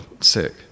sick